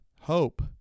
hope